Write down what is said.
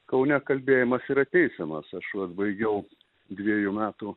kaune kalbėjimas yra teisiamas aš vat baigiau dviejų metų